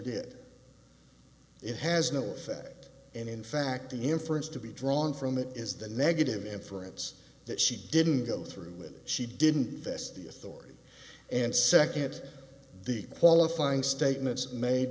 did it has no effect and in fact the inference to be drawn from it is the negative inference that she didn't go through when she didn't test the authority and second the qualifying statements made